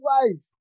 wife